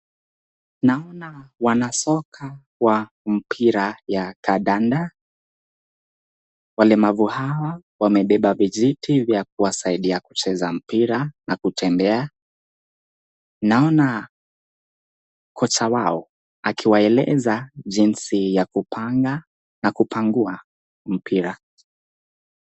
Naona wanasoka wa mpira ya kandanda, walemavu hawa wamebeba vijiti vya kuwasaidia kucheza mpira na kutembea, naona kocha wao akiwaeleza jinsi ya kupanga na kupangua mpira.